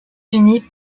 unis